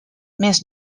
més